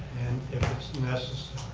and if it's necessary.